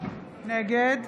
נגד